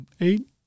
eight